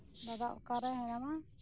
ᱫᱟᱫᱟ ᱚᱠᱟᱨᱮ ᱢᱮᱱᱟᱢᱼᱟ